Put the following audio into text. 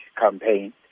campaign